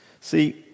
See